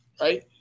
right